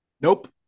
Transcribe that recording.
Nope